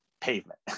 pavement